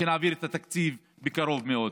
שנעביר את התקציב בקרוב מאוד.